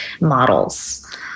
models